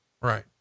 Right